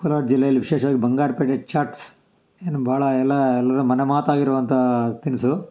ಕೋಲಾರ ಜಿಲ್ಲೆಯಲ್ಲಿ ವಿಶೇಷವಾಗಿ ಬಂಗಾರಪೇಟೆ ಚಾಟ್ಸ್ ಏನು ಭಾಳ ಎಲ್ಲ ಎಲ್ಲರ ಮನೆ ಮಾತಾಗಿರುವಂಥ ತಿನಿಸು